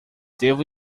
devo